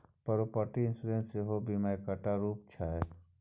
property insurance सेहो बीमाक एकटा रुप छै